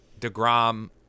DeGrom